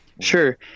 Sure